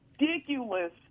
ridiculous